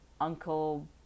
Uncle